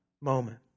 moment